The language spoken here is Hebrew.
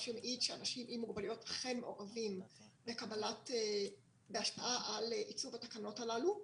מה שמעיד שאנשים עם מוגבלויות אכן מעורבים בהשפעה על עיצוב התקנות הללו.